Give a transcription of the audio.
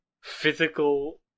physical